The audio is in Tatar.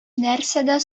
нәрсәдә